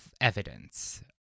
evidence